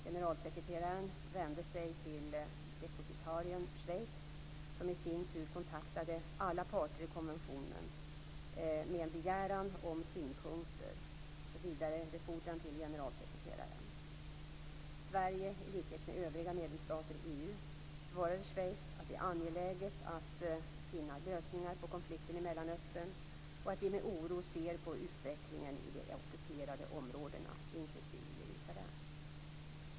Generalsekreteraren vände sig till depositarien Schweiz, som i sin tur kontaktade alla parter i konventionen med en begäran om synpunkter för vidarebefordran till generalsekreteraren. Sverige, i likhet med övriga medlemsstater i EU, svarade Schweiz att det är angeläget att finna lösningar på konflikten i Mellanöstern och att vi med oro ser på utvecklingen i de ockuperade områdena, inklusive Jerusalem.